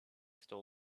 still